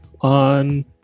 on